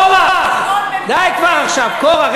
קורח, קורח, די כבר עכשיו, קורח.